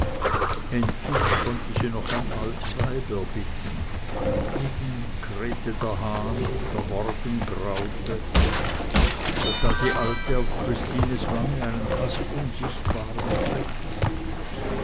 endlich konnte sie noch ein alt weib erbitten eben krähte der hahn der morgen graute da sah die alte auf christines wange einen fast unsichtbaren fleck